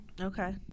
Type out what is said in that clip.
Okay